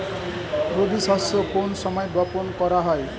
রবি শস্য কোন সময় বপন করা হয়?